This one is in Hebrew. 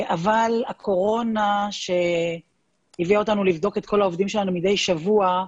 אבל הקורונה שהביאה אותנו לבדוק את כל העובדים שלנו מדי שבוע,